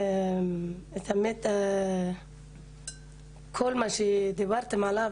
(חוזרת לשפה העברית) האמת היא שכל מה שדיברתם עליו,